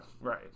right